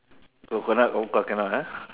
coconut all can not